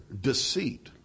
deceit